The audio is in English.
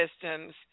systems